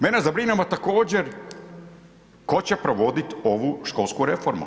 Mene zabrinjava također tko će provoditi ovu školsku reformu.